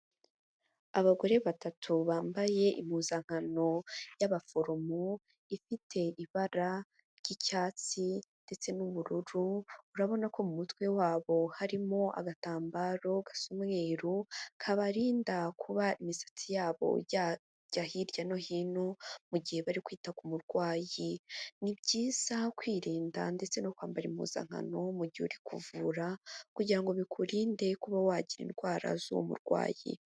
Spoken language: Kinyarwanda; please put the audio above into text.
Abagore batatu bambaye impuzankano y'abaforomo, ifite ibara ry'icyatsi ndetse n'ubururu urabona ko mu mutwe wabo harimo agatambaro gasa umweru kabarinda kuba imisatsi yabo yajya hirya no hino mu gihe bari kwita ku murwayi, ni byiza kwirinda ndetse no kwambara impuzankano mu gihe uri kuvura kugira ngo bikurinde kuba wagira indwara z'uwo murwayi.